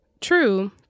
True